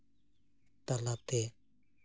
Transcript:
ᱛᱟᱞᱟ ᱛᱮ